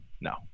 no